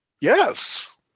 Yes